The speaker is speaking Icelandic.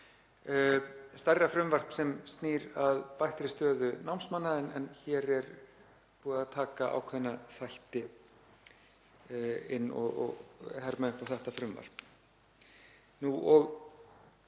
stærra frumvarpi sem snýr að bættri stöðu námsmanna, en hér er búið er að taka ákveðna þætti inn og herma upp á þetta frumvarp. Eins og